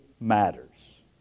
matters